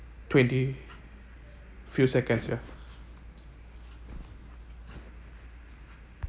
twenty few seconds ya